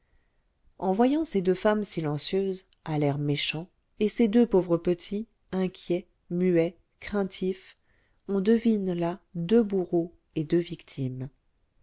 en voyant ces deux femmes silencieuses à l'air méchant et ces deux pauvres petits inquiets muets craintifs on devine là deux bourreaux et deux victimes